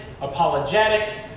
apologetics